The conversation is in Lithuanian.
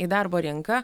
į darbo rinką